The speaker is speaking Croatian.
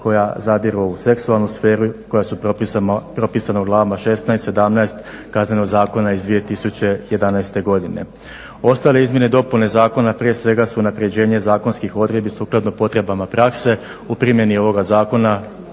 koja zadiru u seksualnu sferu, koja su propisana u glavama 16., 17. Kaznenog zakona iz 2011. godine. Ostale izmjene i dopune zakona prije svega su unapređenje zakonskih odredbi sukladno potrebama prakse. U primjeni ovoga Zakona